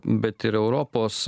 bet ir europos